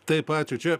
taip ačiū